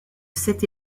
cette